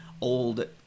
old